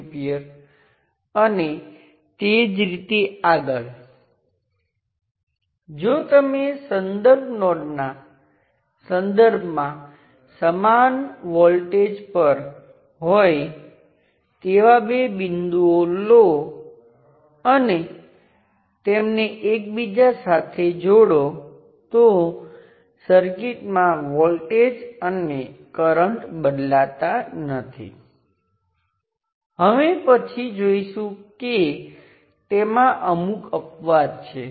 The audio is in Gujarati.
તેથી જો તમે તે લીનિયર સર્કિટ લો અને તેને બે ટર્મિનલ વચ્ચે જુઓ તો એક કહે છે કે તેને V લાક્ષણિકતાઓ દ્વારા લાગુ કરવામાં આવે છે તમને તે રેઝિસ્ટરની iv લાક્ષણિકતાઓ જાણવાં મળશે કારણ કે તમારી પાસે આ રેઝિસ્ટન્સની અંદર નિયંત્રિત સ્ત્રોત હોઈ શકે તે હંમેશા ધન હોવું જરૂરી નથી